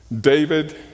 David